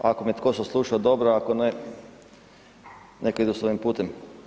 Ako me tko sasluša dobro, ako ne neka idu svojim putem.